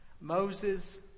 Moses